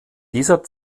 dieser